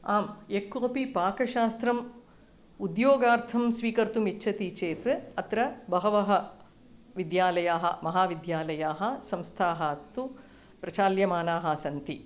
आम् यः कोऽपि पाकशास्त्रम् उद्योगार्थं स्वीकर्तुमिच्छति चेत् अत्र बहवः विद्यालयाः महाविद्यालयाः संस्थाः तु प्रचाल्यमानाः सन्ति